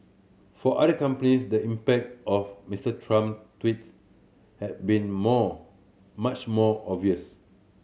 for other companies the impact of Mister Trump tweets has been more much more obvious